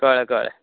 कळ्ळें कळ्ळें